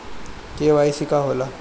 KYC का होला?